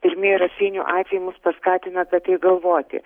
pirmieji raseinių atvejai mus paskatino apie tai galvoti